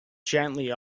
gently